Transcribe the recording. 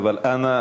אבל אנא,